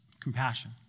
Compassion